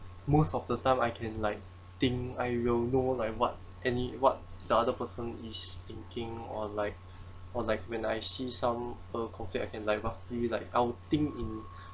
most of the time I can like think I will know like what any what the other person is thinking or like or like when I see some uh okay I can like uh feel like I would think in